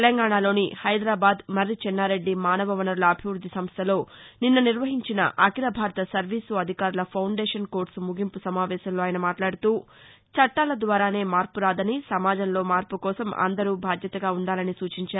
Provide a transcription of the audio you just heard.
తెలంగాణలోని హైదరాబాద్ మురి చెన్నారెడ్డి మానవ వనరుల అభివృద్ది సంస్టలో నిన్న నిర్వహించిన అఖిల భారత సర్వీసు అధికారుల ఫౌండేషన్ కోర్సు ముగింపు సమావేశంలో ఆయన మాట్లాడుతూ చట్టాల ద్వారానే మార్పు రాదని సమాజంలో మార్పు కోసం అందరూ బాధ్యతగా ఉండాలని సూచించారు